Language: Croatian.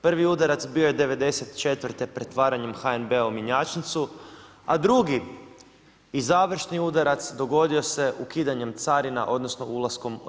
Prvi udarac bio je '94. pretvaranjem HNB-a u mjenjačnicu a drugi i završni udarac dogodio se ukidanjem carina odnosno ulaskom i EU.